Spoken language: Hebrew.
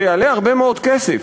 זה יעלה הרבה מאוד כסף.